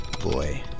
Boy